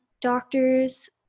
doctors